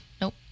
Nope